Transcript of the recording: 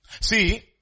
see